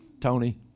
Tony